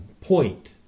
point